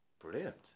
brilliant